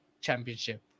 championship